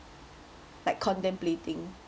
like contemplating